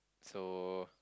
so